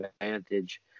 advantage